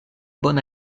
bona